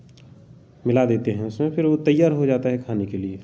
मिला देते हैं उसमें फिर वह तैयार हो जाता है खाने के लिए